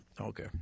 Okay